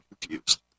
confused